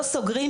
לא סוגרים,